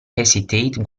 hesitate